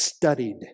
Studied